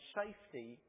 safety